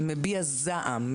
מביע זעם,